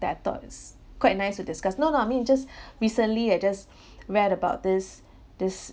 that I thought is quite nice to discuss no no I mean just recently I just read about this this